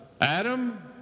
Adam